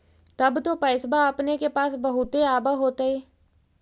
तब तो पैसबा अपने के पास बहुते आब होतय?